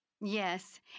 Yes